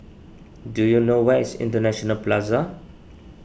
do you know where is International Plaza